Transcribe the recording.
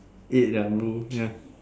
eh they're root ya